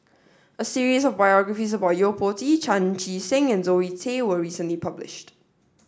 a series of biographies about Yo Po Tee Chan Chee Seng and Zoe Tay was recently published